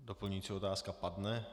Doplňující otázka padne.